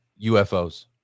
UFOs